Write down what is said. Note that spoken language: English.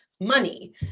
money